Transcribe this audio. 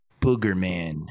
Boogerman